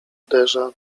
uderza